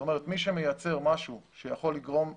זאת אומרת, מי שמייצר משהו שיכול לגרום זיהום,